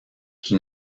qui